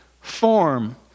form